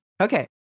okay